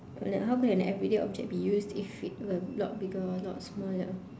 how could an everyday object be used if it were a lot bigger or a lot smaller